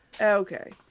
Okay